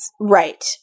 right